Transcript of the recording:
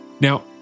Now